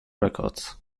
records